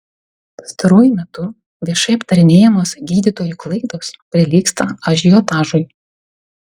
pastaruoju metu viešai aptarinėjamos gydytojų klaidos prilygsta ažiotažui